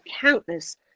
countless